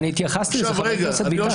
התייחסתי לזה, חבר הכנסת ביטן.